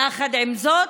יחד עם זאת,